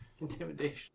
intimidation